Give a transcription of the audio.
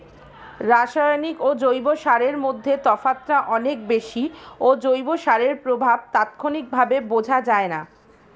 রাসায়নিক ও জৈব সারের মধ্যে তফাৎটা অনেক বেশি ও জৈব সারের প্রভাব তাৎক্ষণিকভাবে বোঝা যায়না